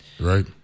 right